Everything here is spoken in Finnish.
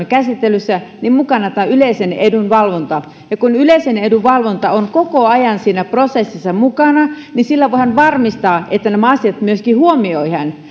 käsittelyssä mukana tämä yleisen edun valvonta kun yleisen edun valvonta on koko ajan siinä prosessissa mukana sillä voidaan varmistaa että nämä asiat myöskin huomioidaan